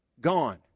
Gone